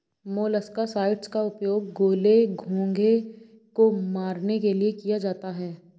molluscicides का उपयोग गोले, घोंघे को मारने के लिए किया जाता है